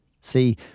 See